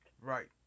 Right